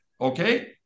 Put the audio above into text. Okay